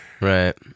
right